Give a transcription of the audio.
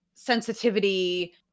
sensitivity